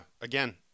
again